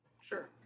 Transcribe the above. Sure